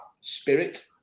spirit